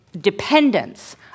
dependence